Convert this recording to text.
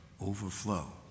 overflow